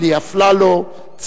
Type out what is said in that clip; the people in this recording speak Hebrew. אלי אפללו,